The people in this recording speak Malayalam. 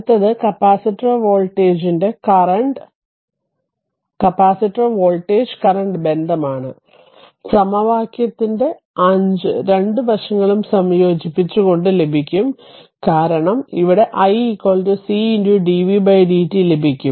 അടുത്തത് കപ്പാസിറ്റർ വോൾട്ടേജ് കറന്റ് ബന്ധമാണ് സമവാക്യത്തിന്റെ 5രണ്ട് വശങ്ങളും സംയോജിപ്പിച്ചു കൊണ്ട് ലഭിക്കും കാരണം ഇവിടെ i c dvdt ലഭിക്കും